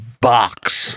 box